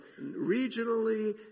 regionally